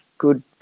good